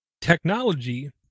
Technology